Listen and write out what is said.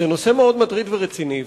זה נושא מאוד מטריד ורציני,